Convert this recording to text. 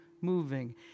moving